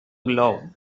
blow